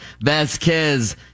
Vasquez